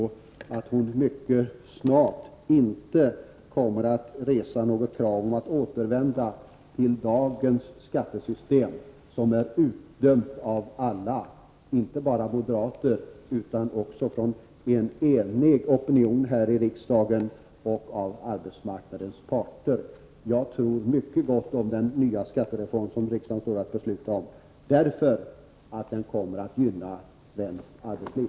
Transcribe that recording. Jag tror nämligen att hon mycket snart kommer att ge uttryck för att hon inte kommer att ställa krav på att vi skall återvända till det skattesystem som vi har i dag. Detta system är ju utdömt av alla — inte bara av moderater utan också av en enig opinion här i riksdagen och av arbetsmarknadens parter. Jag tror mycket gott om den skattereform som riksdagen kommer att fatta beslut om, därför att skattereformen kommer att gynna svenskt arbetsliv.